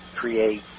create